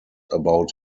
about